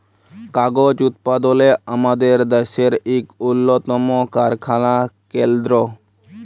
কাগজ উৎপাদলে আমাদের দ্যাশের ইক উল্লতম কারখালা কেলদ্র